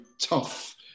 tough